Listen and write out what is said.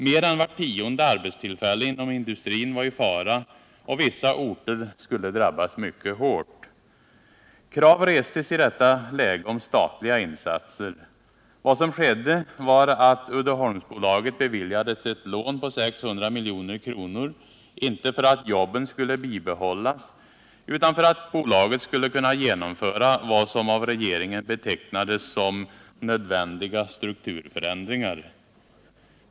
Mer än vart tionde arbetstillfälle inom industrin var i fara, och vissa orter skulle drabbas mycket hårt. Krav restes i detta läge om statliga insatser. Vad som skedde var att Uddeholmsbolaget beviljades ett lån på 600 milj.kr., inte för att jobben skulle bibehållas utan för att bolaget skulle kunna genomföra vad som av regeringen betecknades som ”nödvändiga strukturförändringar”.